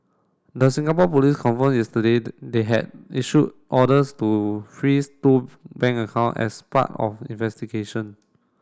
the Singapore police confirmed yesterday they had issued orders to freeze two bank account as part of investigation